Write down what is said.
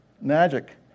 magic